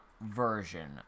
version